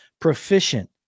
proficient